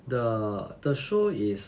the the show is